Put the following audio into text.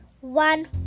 One